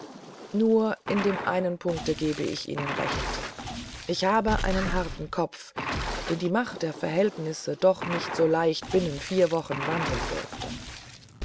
nur in dem einen punkte gebe ich ihnen recht ich habe einen harten kopf den die macht der verhältnisse doch nicht so leicht binnen vier wochen wandeln dürfte